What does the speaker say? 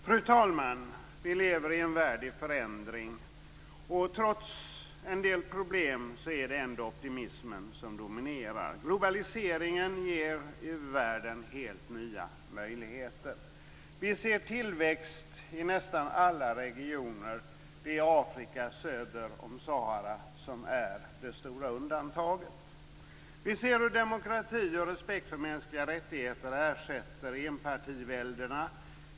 Fru talman! Vi lever i en värld i förändring. Trots en del problem är det ändå optimismen som dominerar. Globaliseringen ger u-världen helt nya möjligheter. Vi ser tillväxt i nästan alla regioner. Det är Afrika söder om Sahara som är det stora undantaget. Vi ser hur demokrati och respekt för mänskliga rättigheter ersätter enpartiväldena.